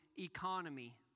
economy